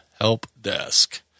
HELPDESK